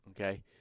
okay